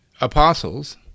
apostles